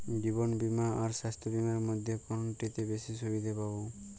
জীবন বীমা আর স্বাস্থ্য বীমার মধ্যে কোনটিতে বেশী সুবিধে পাব?